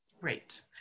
Great